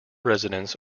residents